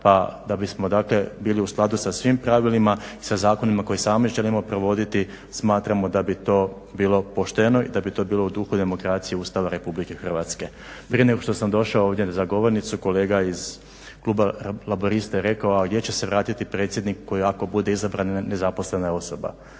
Pa da bismo dakle bili u skladu sa svim pravilima i sa zakonima koje sami želimo provoditi smatramo da bi to bilo pošteno i da bi to bilo u duhu demokracije Ustava Republike Hrvatske. Prije nego što sam došao ovdje za govornicu kolega iz kluba laburista je rekao, a gdje će se vratiti predsjednik koji ako bude izabran nezaposlena osoba,